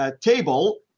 table